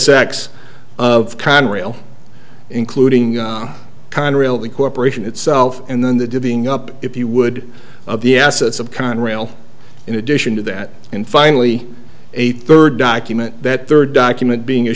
s x of conrail including conrail the corporation itself and then the divvying up if you would of the assets of conrail in addition to that and finally a third document that third document being a